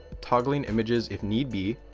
toggling images if need be,